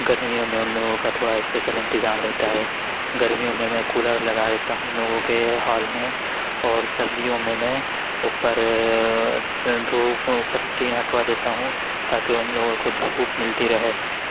گرمیوں میں ان لوگوں کا تھوڑا اسپیشل انتظام رہتا ہے گرمیوں میں میں کولر لگا دیتا ہوں ان لوگوں کے ہال میں اور سردیوں میں میں اوپر سے دھوپ اوپر ٹین ہٹوا دیتا ہوں تاکہ ان لوگوں کو دھوپ ملتی رہے